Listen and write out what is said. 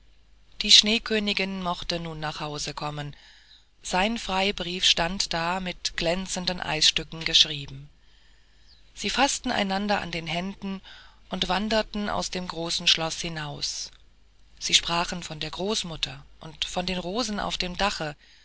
die schneekönigin mochte nun nach hause kommen sein freibrief stand da mit glänzenden eisstücken geschrieben sie faßten einander an den händen und wanderten aus dem großen schloß hinaus sie sprachen von der großmutter und von den rosen auf dem dache